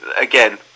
again